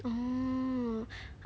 oh